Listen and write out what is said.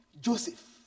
joseph